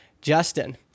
Justin